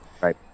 Right